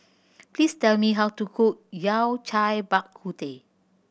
please tell me how to cook Yao Cai Bak Kut Teh